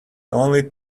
only